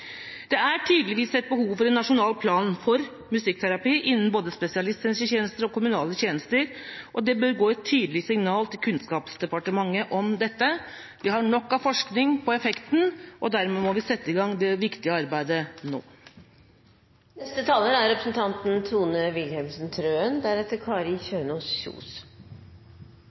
Det er tydeligvis et behov for en nasjonal plan for musikkterapi innen både spesialisthelsetjenester og kommunale tjenester, og det bør gå et tydelig signal til Kunnskapsdepartementet om dette. Vi har nok av forskning på effekten, og dermed må vi sette i gang det viktige arbeidet nå. Det er